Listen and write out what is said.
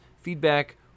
feedback